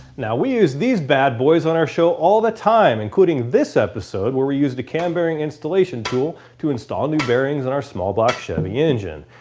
now we use these bad boys on our show all the time including this episode where we used a cam bearing installation tool to install new bearings in our small block chevy engine.